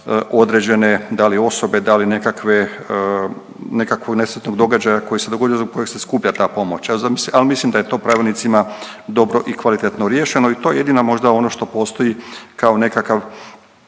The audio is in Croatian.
određene da li osobe, da li nekakve, nekakvog nesretnog događaja koji se dogodio i zbog kojeg se skuplja ta pomoć, al mislim da je to pravilnicima dobro i kvalitetno riješeno i to je jedina možda ono što postoji kao nekakav,